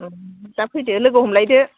दा फैदो लोगो हमलायदो